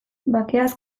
bakeaz